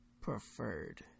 preferred